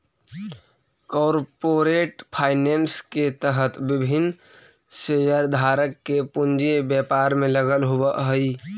corporate finance के तहत विभिन्न शेयरधारक के पूंजी व्यापार में लगल होवऽ हइ